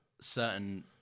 certain